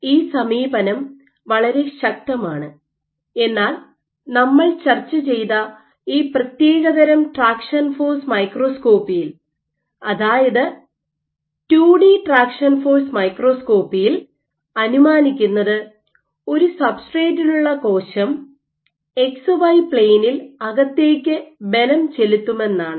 ഈ സമീപനം വളരെ ശക്തമാണ് എന്നാൽ നമ്മൾ ചർച്ച ചെയ്ത ഈ പ്രത്യേക തരം ട്രാക്ഷൻ ഫോഴ്സ് മൈക്രോസ്കോപ്പിയിൽ അതായത് 2 ഡി ട്രാക്ഷൻ ഫോഴ്സ് മൈക്രോസ്കോപ്പിയിൽ അനുമാനിക്കുന്നത് ഒരു സബ്സ്ട്രേറ്റിലുള്ള കോശം എക്സ് വൈ പ്ലെയിനിൽ അകത്തേക്ക് ബലം ചെലുത്തുമെന്നാണ്